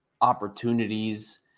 opportunities